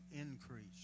increase